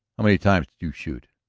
many times did you shoot?